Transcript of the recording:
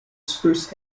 spruce